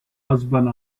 husband